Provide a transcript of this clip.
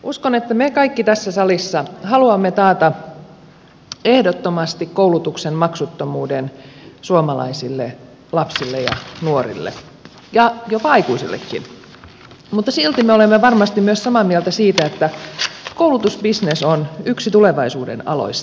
uskon että me kaikki tässä salissa haluamme taata ehdottomasti koulutuksen maksuttomuuden suomalaisille lapsille ja nuorille ja jopa aikuisillekin mutta silti me olemme varmasti myös samaa mieltä siitä että koulutusbisnes on yksi tulevaisuuden aloista